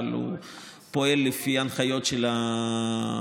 אבל הוא פועל לפי הנחיות של רמ"א,